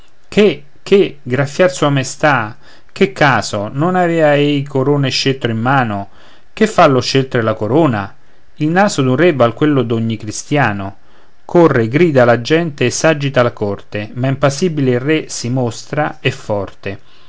che che graffiar sua maestà che caso non aveva ei corona e scettro in mano che fa lo scettro e la corona il naso d'un re val quello d'ogni cristïano corre grida la gente e si agita la corte ma impassibile il re si mostra e forte